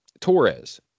Torres